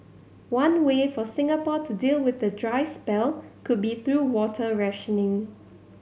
one way for Singapore to deal with the dry spell could be through water rationing